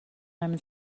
نمی